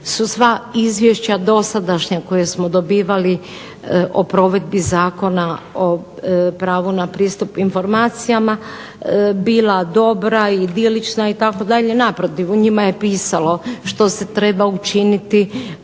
su sve izvješća dosadašnja koja smo imali o provedbi Zakona o pravu na pristup informacijama bila dobra i idilična itd. naprotiv u njima je pisalo što se treba učiniti